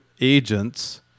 agents